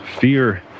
fear